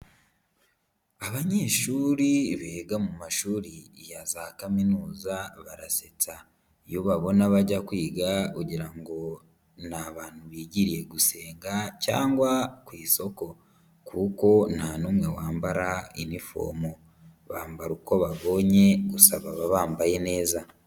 Abanyeshuri biga mu mashuri ya za kaminuza barasetsa, iyo ubabona bajya kwiga ugira ngo ni abantu bigiriye gusenga cyangwa ku isoko kuko nta n'umwe wambara inifomo, bambara uko babonye gusa baba bambaye neza.